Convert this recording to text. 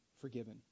forgiven